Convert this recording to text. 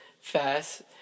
fast